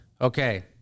Okay